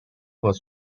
was